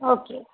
okay